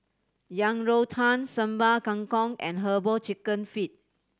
Yang Rou Tang Sambal Kangkong and Herbal Chicken Feet